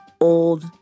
old